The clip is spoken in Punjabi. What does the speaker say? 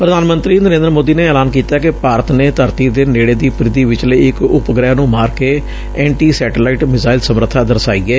ਪ੍ਰਧਾਨ ਮੰਤਰੀ ਨਰੇਂਦਰ ਮੌਦੀ ਨੇ ਐਲਾਨ ਕੀਤੈ ਕਿ ਭਾਰਤ ਨੇ ਧਰਤੀ ਦੇ ਨੇੜੇ ਦੀ ਪ੍ਰਿਧੀ ਵਿਚਲੇ ਇਕ ਉਪਗ੍ਰਹਿ ਨੂੰ ਮਾਰ ਕੇ ਐਟੀ ਸੈਟੇਲਾਈਟ ਮਿਜ਼ਾਇਲ ਸਮਰਬਾ ਦਰਸਾਈ ਏ